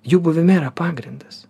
jų buvime yra pagrindas